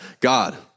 God